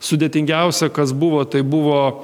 sudėtingiausia kas buvo tai buvo